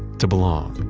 to belong.